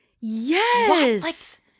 yes